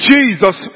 Jesus